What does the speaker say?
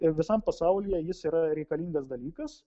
visam pasaulyje jis yra reikalingas dalykas